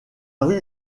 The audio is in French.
rue